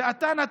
זאת אחת